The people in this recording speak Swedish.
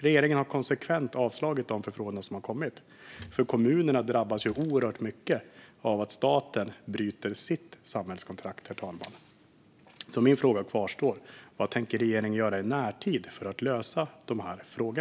Regeringen har konsekvent avslagit de förfrågningar som har kommit. Kommunerna drabbas oerhört mycket av att staten bryter sitt samhällskontrakt, herr talman. Min fråga kvarstår alltså: Vad tänker regeringen göra i närtid för att lösa dessa frågor?